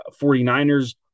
49ers